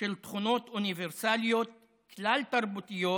של תכונות אוניברסליות כלל-תרבותיות,